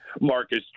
Marcus